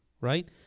right